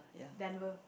Denver